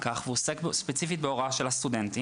כך והוא עוסק ספציפית בהוראה של הסטודנטים.